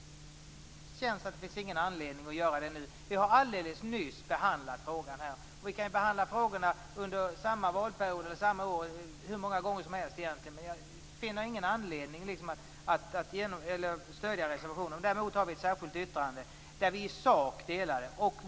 Det finns ingen anledning att göra det nu, när vi nyligen har behandlat frågan här. Vi skulle ju kunna behandla frågorna under samma valperiod eller under samma år hur många gånger som helst, men jag finner ingen anledning att stödja reservationen. Däremot har vi ett särskilt yttrande.